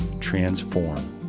transform